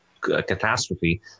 catastrophe